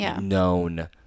known